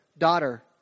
Daughter